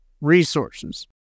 resources